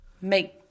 make